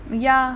ya